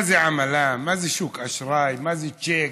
מה זה עמלה, מה זה שוק אשראי, מה זה צ'ק,